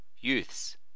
youths